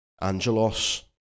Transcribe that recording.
Angelos